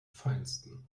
feinsten